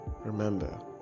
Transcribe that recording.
Remember